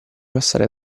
passare